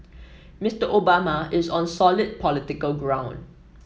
Mister Obama is on solid political ground